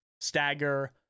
stagger